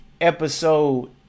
Episode